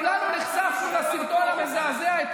כולנו נחשפנו אתמול לסרטון המזעזע של